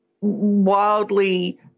wildly